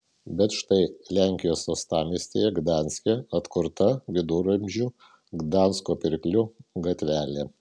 bet štai lenkijos uostamiestyje gdanske atkurta viduramžių gdansko pirklių gatvelė